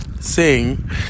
Sing